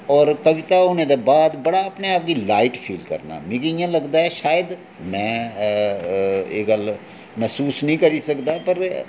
और कविता होने दे बाद बड़ा अपने आप गी लाईट फील करना मिगी इ'यां लगदा ऐ शायद में एह् गल्ल में मसूस निं करी सकदा पर